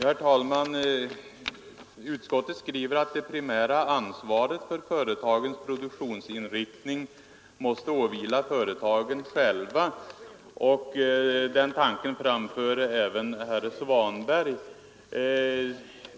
Herr talman! Utskottet skriver att det primära ansvaret för företagens produktionsinriktning måste åvila företagen själva, och den tanken framförde även herr Svanberg.